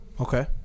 Okay